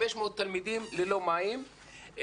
500 תלמידים ללא מים.